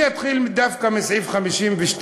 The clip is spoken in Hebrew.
אני אתחיל דווקא מסעיף 52,